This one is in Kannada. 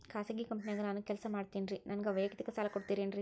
ಖಾಸಗಿ ಕಂಪನ್ಯಾಗ ನಾನು ಕೆಲಸ ಮಾಡ್ತೇನ್ರಿ, ನನಗ ವೈಯಕ್ತಿಕ ಸಾಲ ಕೊಡ್ತೇರೇನ್ರಿ?